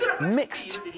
mixed